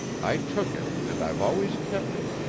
i took it and i've always kept it.